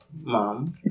Mom